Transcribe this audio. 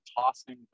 tossing